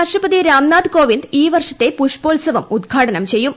രാഷ്ട്രപതി രാംനാഥ് കോവിന്ദ് ഈ വർഷത്തെ പുഷ്പ്പോത്സവം ഉദ്ഘാടനം ചെയ്യും